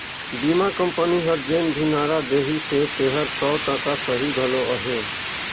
बीमा कंपनी हर जेन भी नारा देहिसे तेहर सौ टका सही घलो अहे